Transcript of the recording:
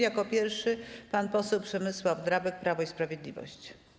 Jako pierwszy pan poseł Przemysław Drabek, Prawo i Sprawiedliwość.